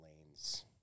lanes